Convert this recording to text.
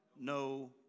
no